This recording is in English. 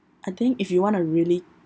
I think if you want a really